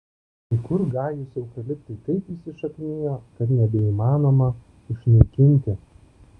kai kur gajūs eukaliptai taip įsišaknijo kad nebeįmanoma išnaikinti